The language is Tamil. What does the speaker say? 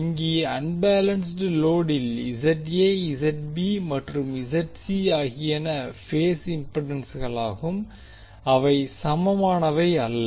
இங்கே அன்பேலன்ஸ்ட் லோடில் மற்றும் ஆகியன பேஸ் இம்பிடன்ஸ்களாகும் அவை சமமானவை அல்ல